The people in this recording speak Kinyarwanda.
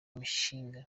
imishinga